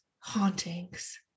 hauntings